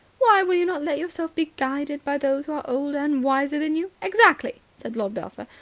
why will you not let yourself be guided by those who are older and wiser than you? exactly, said lord belpher.